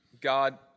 God